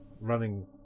running